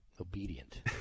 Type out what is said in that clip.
obedient